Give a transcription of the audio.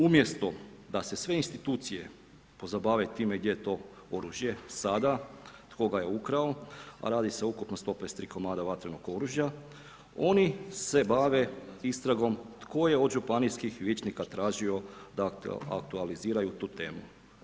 Umjesto da se sve institucije pozabave time gdje je to oružje sada, tko ga je ukrao a radi se o ukupno 153 komada vatrenog oružja, oni se bave istragom tko je od županijskih vijećnika tražio da aktualiziraju tu temu.